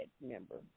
member